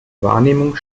wahrnehmung